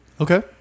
Okay